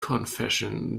confession